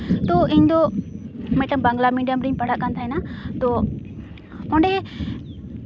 ᱛᱳ ᱤᱧᱫᱚ ᱢᱤᱫᱴᱮᱱ ᱵᱟᱝᱞᱟ ᱢᱤᱰᱤᱭᱟᱢ ᱨᱤᱧ ᱯᱟᱲᱦᱟᱜ ᱠᱟᱱ ᱛᱟᱦᱮᱱᱟ ᱛᱳ ᱚᱸᱰᱮ